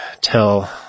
tell